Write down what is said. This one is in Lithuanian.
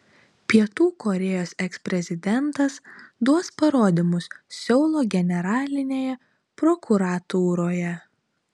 pietų korėjos eksprezidentas duos parodymus seulo generalinėje prokuratūroje